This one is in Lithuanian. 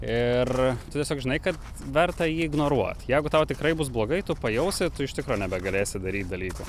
ir tu tiesiog žinai kad verta jį ignoruot jeigu tau tikrai bus blogai tu pajausi tu iš tikro nebegalėsi daryt dalykų